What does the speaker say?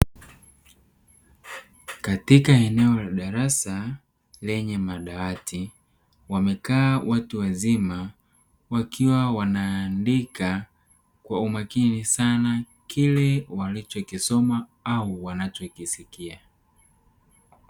Katika eneo la darasa lenye madawati, wamekaa watu wazima wakiwa wanaandika kwa umakini sana kile walichokisoma au wanachokisikia.